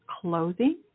Clothing